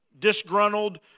disgruntled